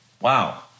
Wow